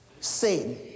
Satan